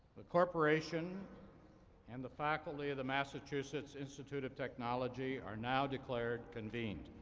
the corporation and the faculty of the massachusetts institute of technology are now declared convened,